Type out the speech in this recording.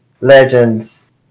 Legends